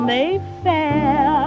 Mayfair